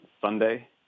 Sunday